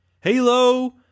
Hello